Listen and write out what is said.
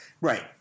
Right